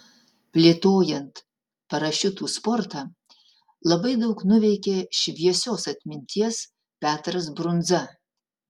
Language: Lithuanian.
plėtojant parašiutų sportą labai daug nuveikė šviesios atminties petras brundza